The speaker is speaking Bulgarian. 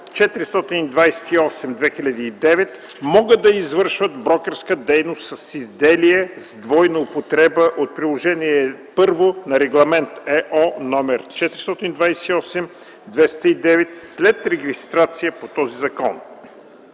428/2009 могат да извършват брокерска дейност с изделия с двойна употреба от Приложение І на Регламент (ЕО) № 428/2009 след регистрация по този закон.”